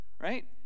right